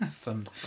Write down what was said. Fun